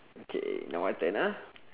okay now my turn ah